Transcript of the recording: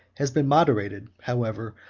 has been moderated, however,